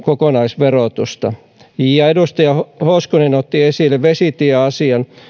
kokonaisverotusta edustaja hoskonen otti esille vesitieasian